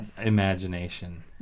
imagination